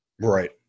right